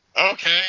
Okay